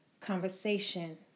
conversation